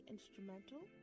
Instrumental